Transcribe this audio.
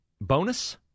bonus